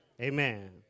Amen